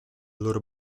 loro